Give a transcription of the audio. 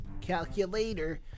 calculator